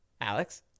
Alex